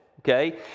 Okay